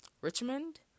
Richmond